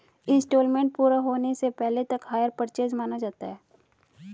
instalment पूरा होने से पहले तक हायर परचेस माना जाता है